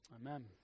Amen